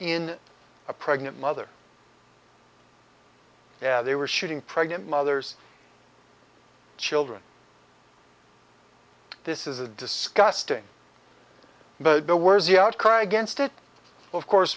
in a pregnant mother yeah they were shooting pregnant mothers children this is a disgusting but the words the outcry against it of course